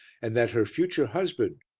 and that her future husband,